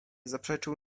zaprzeczył